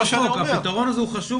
הפתרון הזה הוא חשוב.